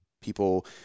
people